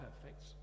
perfect